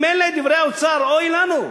אם אלה דברי האוצר, אוי לנו.